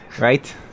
right